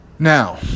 Now